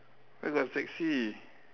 where got sexy